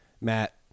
Matt